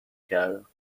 کردم